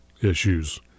issues